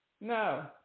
no